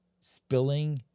spilling